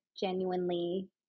genuinely